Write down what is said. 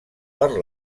per